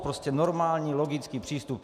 Prostě normální logický přístup.